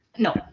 No